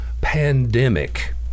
pandemic